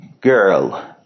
girl